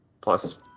plus